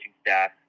staff